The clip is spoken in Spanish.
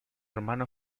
hermano